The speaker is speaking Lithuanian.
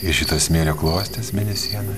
ir šitas smėlio klostes mėnesienoj